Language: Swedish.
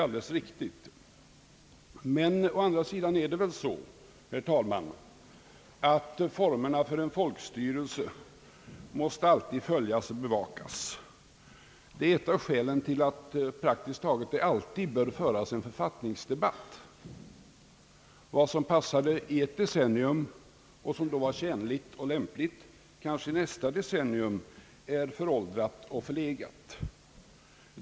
Men å andra sidan är det väl så, herr talman, att formerna för en folkstyrelse alltid måste följas och bevakas. Det är ett av skälen till att det praktiskt taget alltid bör föras en författningsdebatt. Vad som passade i ett decennium och som då var tjänligt och lämpligt är kanske i nästa decennium föråldrat och förlegat.